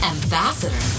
Ambassador